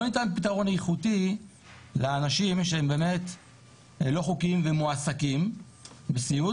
לא ניתן פתרון איכותי לאנשים שהם באמת לא חוקיים ומועסקים בסיעוד,